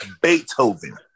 Beethoven